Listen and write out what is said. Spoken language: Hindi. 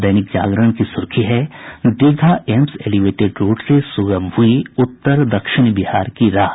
दैनिक जागरण की सुर्खी है दीघा एम्स एलिवेटेड रोड से सुगम हुई उत्तर दक्षिण बिहार की राह